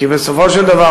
כי בסופו של דבר,